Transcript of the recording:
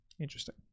Interesting